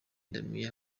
damien